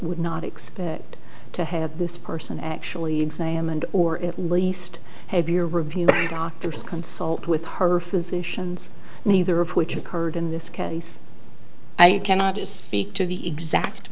would not expect to have this person actually examined or at least have your review doctor's consult with her physicians neither of which occurred in this case i cannot speak to the exact